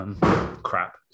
Crap